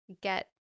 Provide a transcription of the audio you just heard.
get